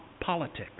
politics